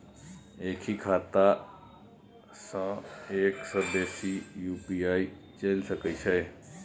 एक ही खाता सं एक से बेसी यु.पी.आई चलय सके छि?